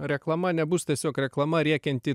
reklama nebus tiesiog reklama rėkianti